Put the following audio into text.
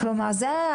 כלים.